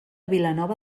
vilanova